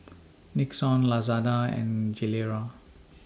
Nixon Lazada and Gilera